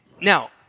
Now